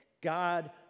God